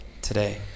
today